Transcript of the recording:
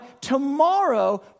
tomorrow